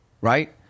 right